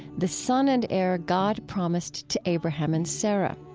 the son and heir god promised to abraham and sarah.